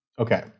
Okay